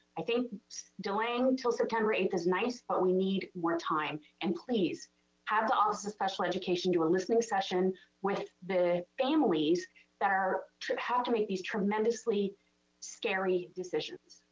i think delaying till september eighth is nice, but we need more time and please have the office of special education do a listening session with the families that have to make these tremendously scary decisions.